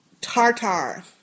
Tartar